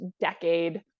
decade